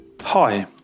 Hi